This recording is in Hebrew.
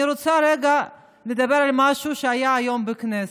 אני רוצה לדבר על משהו שהיה היום בכנסת.